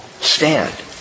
stand